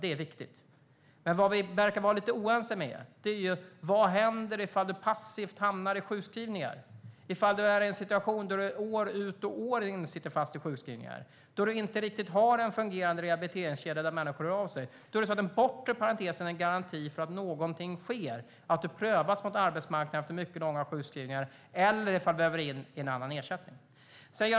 Det är viktigt. Vad vi verkar vara lite oense om är vad som händer ifall man passivt hamnar i sjukskrivningar, ifall man är i en situation då man år ut och år in sitter fast i sjukskrivningar, då man inte riktigt har en fungerade rehabiliteringskedja med människor som hör av sig. Då är den bortre parentesen en garanti för att någonting sker efter mycket långa sjukskrivningar - att man prövas mot arbetsmarknaden eller att det prövas om man behöver en annan ersättning.